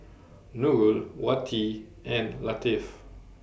Nurul Wati and Latif